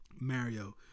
Mario